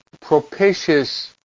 propitious